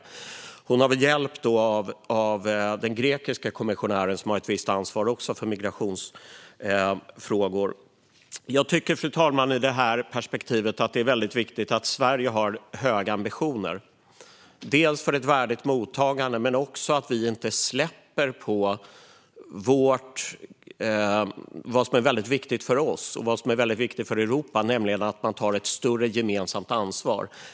Ylva Johanson kommer att hjälp av den grekiska kommissionären, som också har ett visst ansvar för migrationsfrågor. Jag tycker, fru talman, att det ur det här perspektivet är väldigt viktigt att Sverige har höga ambitioner för ett värdigt mottagande men också för att inte släppa något som är väldigt viktigt för oss och för Europa, nämligen att vi tar ett större gemensamt ansvar.